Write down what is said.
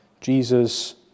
Jesus